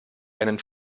einen